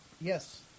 Yes